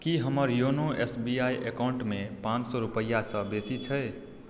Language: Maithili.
की हमर योनो एस बी आइ एकाउन्टमे पाँच सए रूपैआ सँ बेसी छै